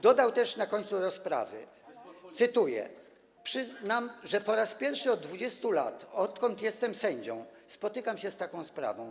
Dodał też na końcu rozprawy, cytuję: Przyznam, że po raz pierwszy od 20 lat, odkąd jestem sędzią, spotykam się z taką sprawą.